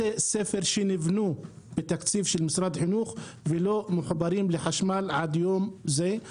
בתי ספר שנבנו בתקציב של משרד החינוך ולא מחוברים לחשמל עד היום הזה,